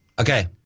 Okay